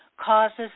causes